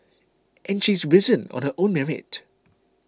and she's risen on her own merit